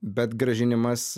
bet grąžinimas